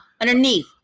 Underneath